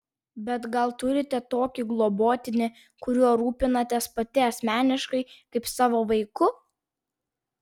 bet gal turite tokį globotinį kuriuo rūpinatės pati asmeniškai kaip savo vaiku